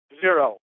Zero